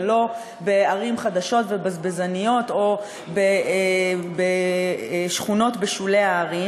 ולא בערים חדשות ובזבזניות או בשכונות בשולי הערים.